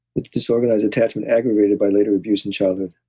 with disorganized attachment aggravated by later abuse and childhood.